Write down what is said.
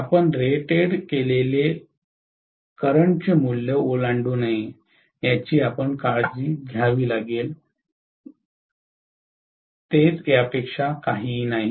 आपण रेट केलेले वर्तमान मूल्य ओलांडू नये याची काळजी घ्यावी लागेल तेच यापेक्षा काहीच नाही